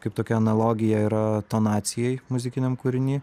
kaip tokia analogija yra tonacijai muzikiniam kūriny